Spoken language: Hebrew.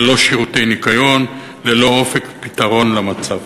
ללא שירותי ניקיון, ללא אופק פתרון למצב.